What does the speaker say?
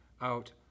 out